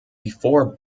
before